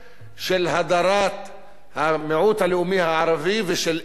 של הדרת המיעוט הלאומי הערבי ושל אימוץ